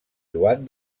joan